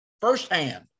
firsthand